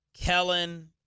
Kellen